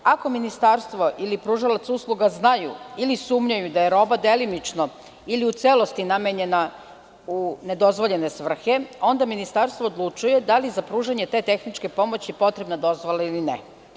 Ako Ministarstvo ili pružalac usluga znaju ili sumnjaju da je roba delimično ili u celosti namenjena u nedozvoljene svrhe, onda Ministarstvo odlučuje da li je za pružanje te tehničke pomoći potrebna dozvola ili ne.